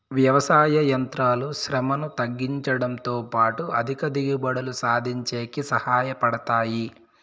వ్యవసాయ యంత్రాలు శ్రమను తగ్గించుడంతో పాటు అధిక దిగుబడులు సాధించేకి సహాయ పడతాయి